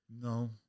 No